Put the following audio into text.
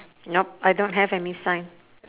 nope I don't have any sign